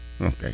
Okay